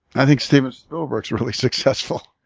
i think steven spielberg is really successful,